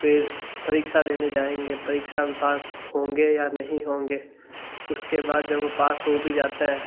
फिर परीक्षा देने जाएंगे परीक्षा में पास होंगे या नहीं होंगे उसके बाद जब वो पास हो भी जाता है